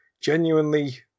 genuinely